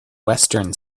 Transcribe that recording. western